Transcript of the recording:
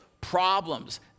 problems